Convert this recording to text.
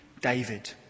David